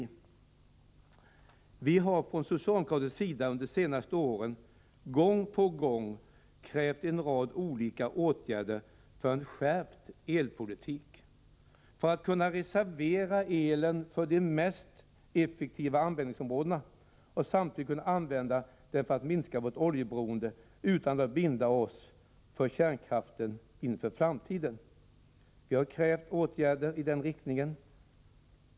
Energiministern sade då: ”Vi har från socialdemokratisk sida under de senaste åren gång på gång krävt en rad olika åtgärder för en skärpt elpolitik, för att kunna reservera elen för de mest effektiva användningsområdena och samtidigt kunna använda den för att minska vårt oljeberoende utan att binda oss för kärnkraften inför framtiden. Vi har krävt åtgärder i den riktningen.